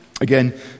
Again